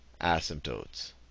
asymptotes